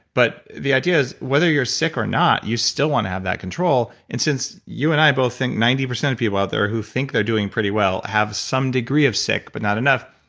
but, the idea is, whether you're sick or not, you still want to have that control and since you and i both think ninety percent of people out there who think they're doing pretty well have some degree of sick, but not enough,